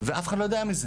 ואף אחד לא יודע מזה.